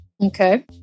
Okay